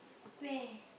where